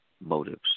motives